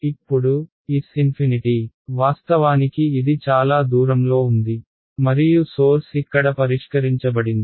ఇప్పుడు S∞ వాస్తవానికి ఇది చాలా దూరంలో ఉంది మరియు సోర్స్ ఇక్కడ పరిష్కరించబడింది